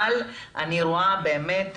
אבל אני רואה באמת,